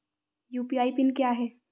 UPI PIN क्या है?